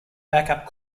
backup